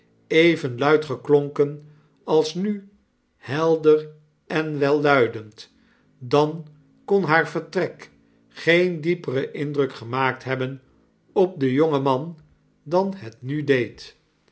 even luid geklonken als nu helder en welluidend dan kon haar vertrek geen dieperen indruk gemaakt hebben op den jong-en man dan het nu deed